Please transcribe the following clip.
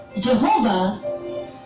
Jehovah